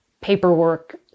paperwork